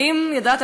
האם ידעת,